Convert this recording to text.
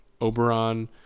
Oberon